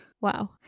wow